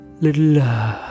little